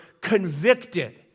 convicted